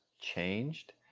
changed